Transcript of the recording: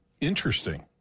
interesting